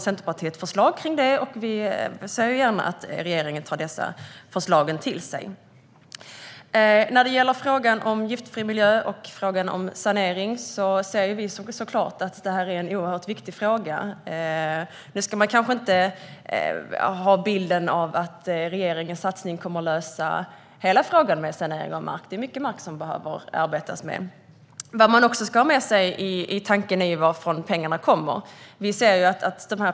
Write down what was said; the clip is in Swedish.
Centerpartiet har förslag, och vi ser gärna att regeringen tar till sig dessa förslag. Saneringsfrågan är såklart viktig. Regeringens satsning kommer nog inte att lösa allt, för det är mycket mark som behöver saneras. Vad man också ska ha med sig i tanken är varifrån pengarna kommer.